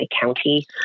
County